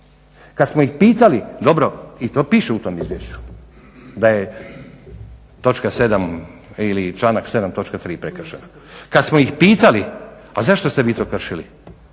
Kad smo ih pitali, dobro i to piše u tom izvješću da je točka sedam ili članak 7. točka 3. prekršeno. Kad mso ih pitali a zašto ste vi to kršili,